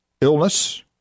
illness